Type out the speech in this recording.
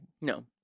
No